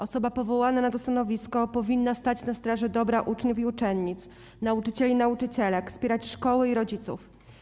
Osoba powołana na to stanowisko powinna stać na straży dobra uczniów i uczennic, nauczycieli i nauczycielek, wspierać szkoły i rodziców.